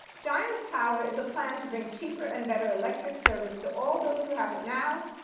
giant power is a plan to bring cheaper and better electric service to all those who have it now,